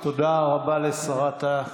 אני מקווה, חבל, תודה רבה לשרת הקליטה.